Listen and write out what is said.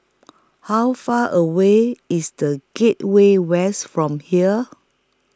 How Far away IS The Gateway West from here